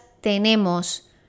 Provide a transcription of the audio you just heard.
tenemos